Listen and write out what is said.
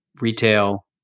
retail